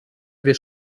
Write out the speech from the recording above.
wir